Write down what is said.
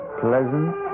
pleasant